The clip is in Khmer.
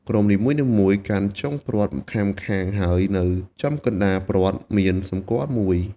ក្រុមនីមួយៗកាន់ចុងព្រ័ត្រម្ខាងៗ ហើយនៅចំកណ្ដាលព្រ័ត្រមានសម្គាល់មួយ។